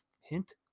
hint